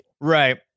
Right